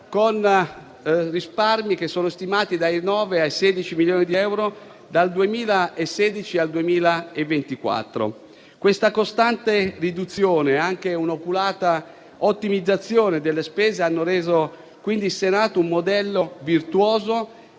con risparmi che sono stimati dai 9 ai 16 milioni di euro dal 2016 al 2024. Questa costante riduzione, e anche un'oculata ottimizzazione delle spese, hanno reso quindi il Senato un modello virtuoso